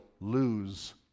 lose